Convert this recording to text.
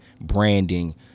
branding